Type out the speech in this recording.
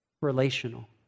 relational